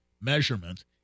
measurement